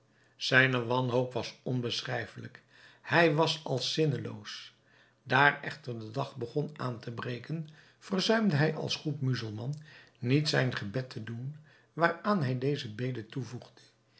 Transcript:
zijne wanhoop was onbeschrijfelijk hij was als zinneloos daar echter de dag begon aan te breken verzuimde hij als goed muzelman niet zijn gebed te doen waaraan hij deze bede toevoegde